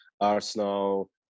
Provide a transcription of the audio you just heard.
Arsenal